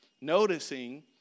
noticing